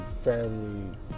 family